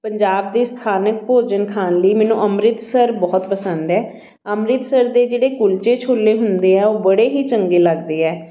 ਪੰਜਾਬ ਦੇ ਸਥਾਨਕ ਭੋਜਨ ਖਾਣ ਲਈ ਮੈਨੂੰ ਅੰਮ੍ਰਿਤਸਰ ਬਹੁਤ ਪਸੰਦ ਹੈ ਅੰਮ੍ਰਿਤਸਰ ਦੇ ਜਿਹੜੇ ਕੁਲਚੇ ਛੋਲੇ ਹੁੰਦੇ ਆ ਉਹ ਬੜੇ ਹੀ ਚੰਗੇ ਲੱਗਦੇ ਹੈ